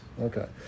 Okay